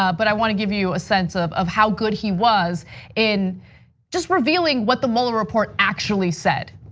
ah but i wanna give you a sense of of how good he was in just revealing what the mueller report actually said.